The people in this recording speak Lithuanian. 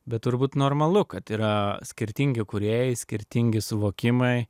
bet turbūt normalu kad yra skirtingi kūrėjai skirtingi suvokimai